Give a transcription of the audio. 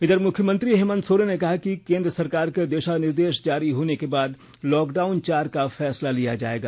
इधर मुख्यमंत्री हेमंत सोरेन ने कहा है कि केंद्र सरकार के दिषा निर्देष जारी होने के बाद लॉकडाउन चार का फैसला लिया जायेगा